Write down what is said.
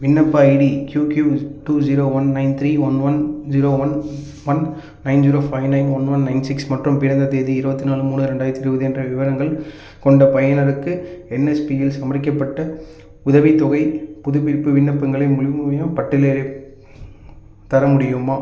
விண்ணப்ப ID Q Q two zero one nine three one one zero one one nine zero five nine one one nine six மற்றும் பிறந்த தேதி இருபத்தி நாலு மூணு ரெண்டாயிரத்து இருபது என்ற விவரங்கள் கொண்ட பயனருக்கு என்எஸ்பி யில் சமரிக்கப்பட்ட உதவித்தொகைப் புதுப்பிப்பு விண்ணப்பங்களின் முழுமையும் பட்டியலை தர முடியுமா